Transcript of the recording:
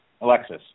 Alexis